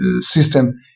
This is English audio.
system